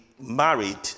married